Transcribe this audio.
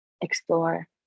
explore